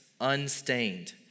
unstained